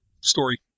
story